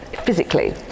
physically